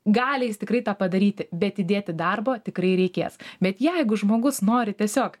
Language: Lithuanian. gali jis tikrai tą padaryti bet įdėti darbo tikrai reikės bet jeigu žmogus nori tiesiog